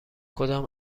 کدام